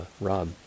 Rob